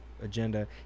agenda